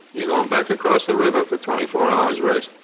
you're going back across the river for twenty four hours rest.